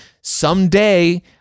someday